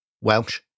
Welsh